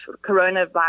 coronavirus